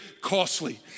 costly